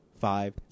five